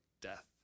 death